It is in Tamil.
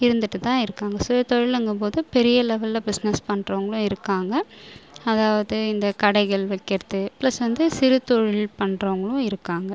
இருந்துகிட்டு தான் இருக்காங்க சுயதொழிலுங்கும் போது பெரிய லெவலில் பிஸ்னஸ் பண்ணுறவங்களும் இருக்காங்க அதாவது இந்த கடைகள் வைக்கிறது ப்ளஸ் வந்து சிறு தொழில் பண்ணுறவங்களும் இருக்காங்க